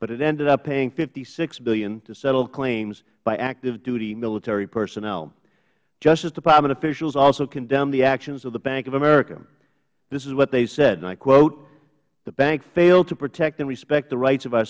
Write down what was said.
but it ended up paying hmillion to settle claims by active duty military personnel justice department officials also condemned the actions of the bank of america this is what they said and i quote the bank failed to protect and respect the rights of our